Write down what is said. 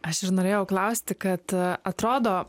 aš ir norėjau klausti kad atrodo